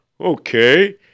Okay